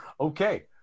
okay